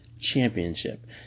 championship